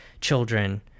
children